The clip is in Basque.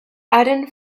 haren